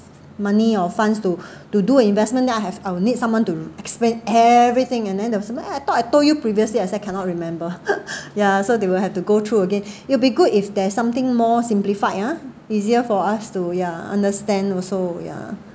>money or funds to to do an investment I have I will need someone to explain everything and then there's some I thought I told you previously I said cannot remember ya so they will have to go through again it'll be good if there's something more simplified ah easier for us to ya understand also ya